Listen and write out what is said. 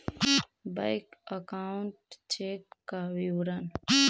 Bank account check का विवरण?